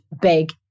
big